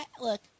look